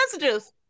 messages